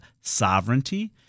sovereignty